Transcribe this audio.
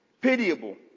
pitiable